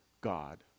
God